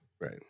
Right